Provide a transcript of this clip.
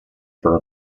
stato